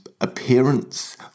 appearance